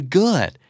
good